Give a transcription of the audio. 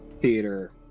theater